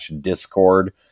discord